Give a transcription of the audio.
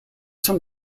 some